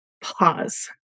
pause